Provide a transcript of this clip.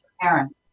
parents